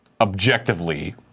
objectively